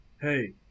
hey